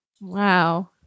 Wow